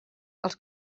els